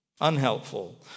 unhelpful